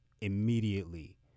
immediately